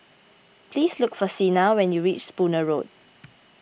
please look for Sina when you reach Spooner Road